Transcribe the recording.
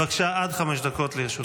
בבקשה, עד חמש דקות לרשותך.